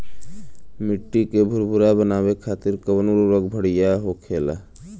मिट्टी के भूरभूरा बनावे खातिर कवन उर्वरक भड़िया होखेला?